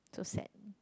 so sad